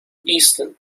easton